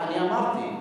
אני אמרתי.